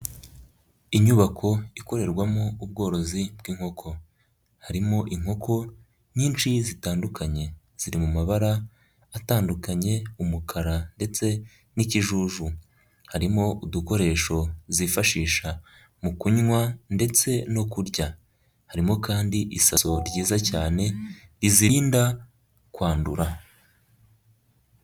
Inyubako ikorerwamo ubworozi bw'inkoko, harimo inkoko nyinshi zitandukanye, ziri mu mabara atandukanye umukara ndetse n'ikijuju, harimo udukoresho zifashisha mu kunywa ndetse no kurya, harimo kandi isaso ryiza cyane rizirinda kwandura.